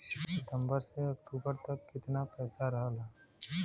सितंबर से अक्टूबर तक कितना पैसा रहल ह?